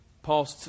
Paul